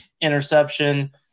interception